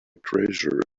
treasure